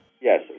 Yes